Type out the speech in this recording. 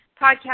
podcast